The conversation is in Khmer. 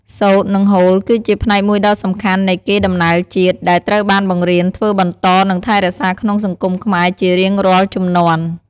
សូត្រ និងហូលគឺជាផ្នែកមួយដ៏សំខាន់នៃកេរដំណែលជាតិ ដែលត្រូវបានបង្រៀន ធ្វើបន្ត និងថែរក្សាក្នុងសង្គមខ្មែរជារៀងរាល់ជំនាន់។